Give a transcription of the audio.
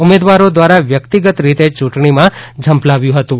ઉમેદવારો દ્વારા વ્યક્તિગત રીતે યૂંટણીમાં ઝંપલાવ્યું હતું